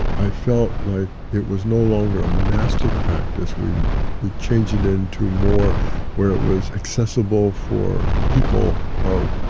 i felt like it was no longer a monastic practice. we've we've changed it into more where it was accessible for people um